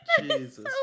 Jesus